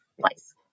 place